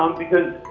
um because,